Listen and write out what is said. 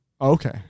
Okay